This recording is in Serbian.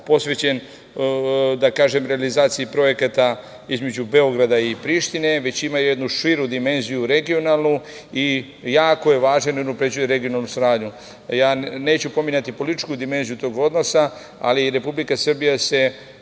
posvećen realizaciji projekata između Beograda i Prištine, već ima jednu širu dimenziju regionalnu i jako je važan jer unapređuje regionalnu saradnju. Neću pominjati političku dimenziju tog odnosa, ali Republika Srbija se